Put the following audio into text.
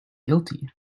guilty